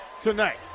tonight